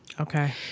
Okay